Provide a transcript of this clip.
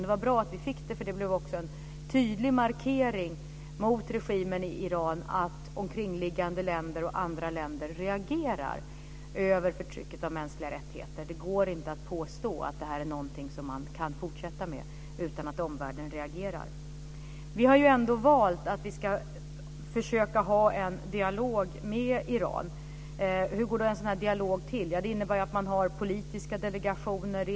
Det var bra att vi fick det, för det blev en tydlig markering mot regimen i Iran att omkringliggande länder och andra länder reagerar mot förtrycket av mänskliga rättigheter. Det går inte att påstå att man kan fortsätta med det utan att omvärlden reagerar. Vi har valt att försöka ha en dialog med Iran. Hur går då en sådan dialog till? Vi har politiska delegationer.